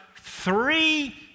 three